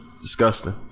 disgusting